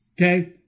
Okay